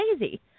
lazy